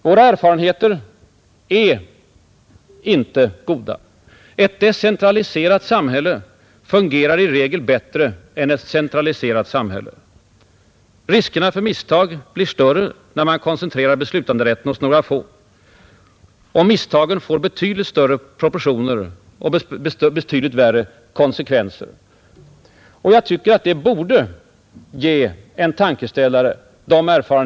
Våra erfarenheter av statsdrift är inte goda. Ett decentraliserat samhälle fungerar i regel bättre än ett centraliserat. Riskerna för misstag blir större när beslutanderätten koncentreras hos några få. Och misstagen får betydligt större proportioner och betydligt värre konsekvenser.